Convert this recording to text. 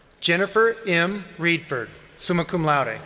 jennifer m. reedford, summa cum laude.